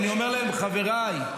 אני אומר להן: חבריי,